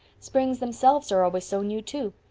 springs themselves are always so new, too.